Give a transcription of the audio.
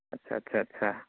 আচ্ছা আচ্ছা আচ্ছা